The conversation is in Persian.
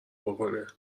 بکنه